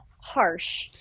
harsh